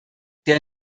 der